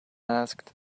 asked